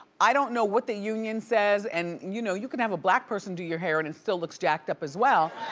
i don't know what the union says and you know you can have a black person do your hair and it and still looks jacked up as well.